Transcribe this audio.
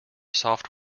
soft